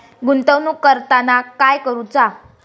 गुंतवणूक करताना काय करुचा?